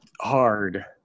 hard